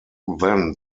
then